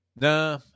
Nah